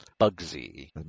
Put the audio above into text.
Bugsy